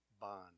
bond